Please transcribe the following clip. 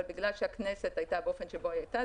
אבל בגלל שהכנסת הייתה באופן שבו היא הייתה,